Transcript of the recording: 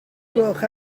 gloch